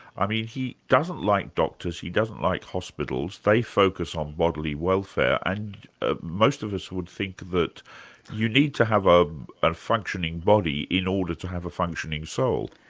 i mean he doesn't like doctors, he doesn't like hospitals, they focus on bodily welfare and ah most of us would think that we need to have a a functioning body in order to have a functioning soul.